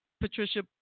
Patricia